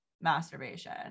masturbation